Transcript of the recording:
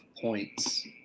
points